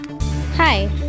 Hi